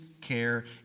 care